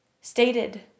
stated